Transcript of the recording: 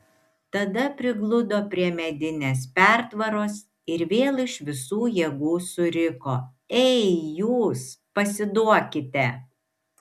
tada prigludo prie medinės pertvaros ir vėl iš visų jėgų suriko ei jūs pasiduokite